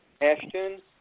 Ashton